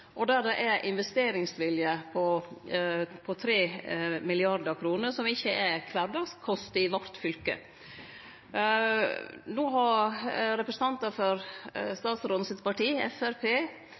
og der det er investeringsvilje på 3 mrd. kr – noko som ikkje er kvardagskost i fylket vårt. No har representantar for